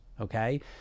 okay